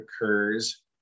occurs